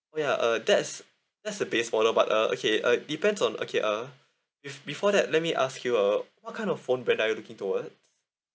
oh ya uh that's that's a base model but uh okay uh it depends on okay uh b~ before that let me ask you uh what kind of phone brand are you looking towards